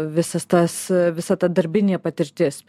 visas tas visa ta darbinė patirtis